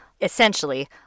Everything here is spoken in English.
essentially